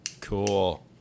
Cool